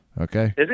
Okay